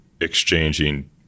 exchanging